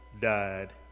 died